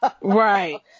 Right